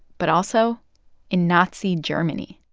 but also in nazi germany